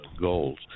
goals